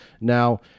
Now